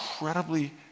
incredibly